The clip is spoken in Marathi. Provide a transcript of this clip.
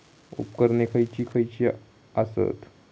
उपकरणे खैयची खैयची आसत?